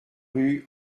rue